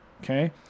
okay